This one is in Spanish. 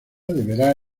deberá